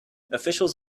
officials